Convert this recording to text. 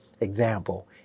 example